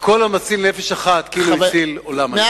וכל המציל נפש אחת כאילו הציל עולם ומלואו.